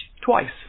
twice